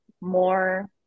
more